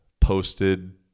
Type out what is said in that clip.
posted